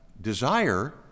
desire